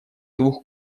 двух